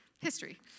History